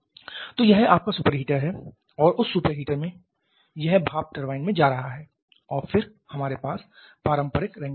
तो यह आपका सुपर हीटर है और उस सुपर हीटर से यह भाप टरबाइन में जा रहा है और फिर हमारे पास पारंपरिक रैंकिनी चक्र है